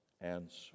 answer